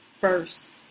first